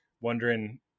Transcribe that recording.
wondering